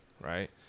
right